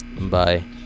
bye